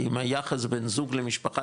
האם היחס בין זוג למשפחה,